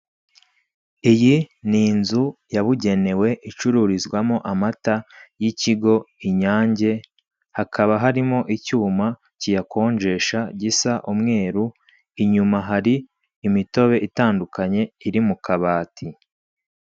Iyi ni inzu yabugenewe icururizwamo amata y'ikigo Inyange hakaba harimo icyuma kiyakonjesha gisa umweru inyuma hari imitobe itandukanye iri mu kabati.